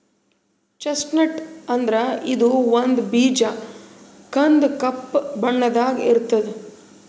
chestnut ಅಂದ್ರ ಇದು ಒಂದ್ ಬೀಜ ಕಂದ್ ಕೆಂಪ್ ಬಣ್ಣದಾಗ್ ಇರ್ತದ್